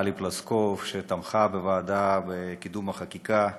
טלי פלוסקוב, שתמכה בוועדה בקידום החקיקה,